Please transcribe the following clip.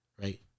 right